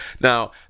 Now